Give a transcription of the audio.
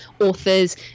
authors